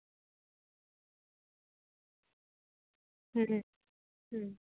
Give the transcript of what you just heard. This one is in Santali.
ᱦᱩᱸ ᱦᱩᱸ